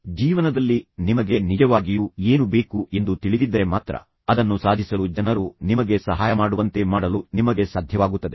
ಈಗ ನಿಮ್ಮ ಜೀವನದಲ್ಲಿ ನಿಮಗೆ ನಿಜವಾಗಿಯೂ ಏನು ಬೇಕು ಎಂದು ನಿಮಗೆ ತಿಳಿದಿದ್ದರೆ ಮಾತ್ರ ಅದನ್ನು ಸಾಧಿಸಲು ಜನರು ನಿಮಗೆ ಸಹಾಯ ಮಾಡುವಂತೆ ಮಾಡಲು ನಿಮಗೆ ಸಾಧ್ಯವಾಗುತ್ತದೆ